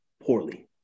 poorly